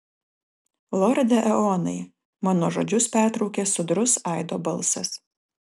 lorde eonai mano žodžius pertraukė sodrus aido balsas